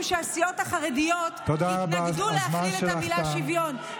שהסיעות החרדיות התנגדו להכליל את המילה "שוויון".